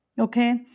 okay